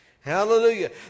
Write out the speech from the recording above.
Hallelujah